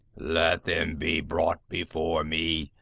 let them be brought before me,